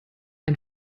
ein